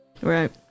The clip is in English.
Right